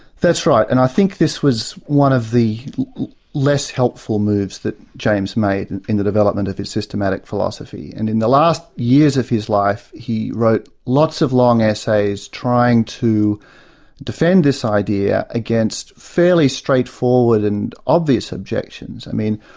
that's right. and i think this was one of the less helpful moves that james made and in the development of his systematic philosophy. and in the last years of his life he wrote lots of long essays trying to defend this idea against fairly straightforward and obvious objections. i mean,